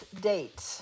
date